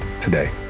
today